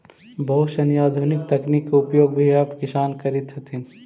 बहुत सनी आधुनिक तकनीक के उपयोग भी अब किसान करित हथिन